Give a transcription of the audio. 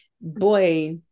Boy